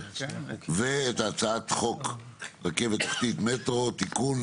ואת הצעת חוק רכבת תחתית (מטרו) (תיקון),